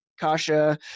Kasha